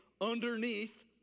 underneath